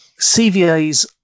CVAs